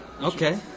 Okay